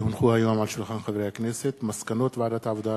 כי הונחו היום על שולחן הכנסת מסקנות ועדת העבודה,